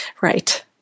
Right